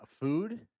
food